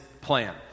plan